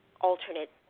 alternate